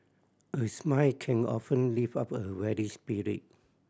a smile can often lift up a weary spirit